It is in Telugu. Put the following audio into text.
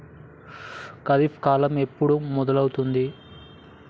ఖరీఫ్ కాలం ఎప్పుడు మొదలవుతుంది?